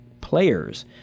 players